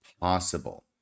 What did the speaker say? possible